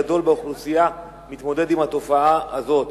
אחוז גדול באוכלוסייה מתמודד עם התופעה הזאת.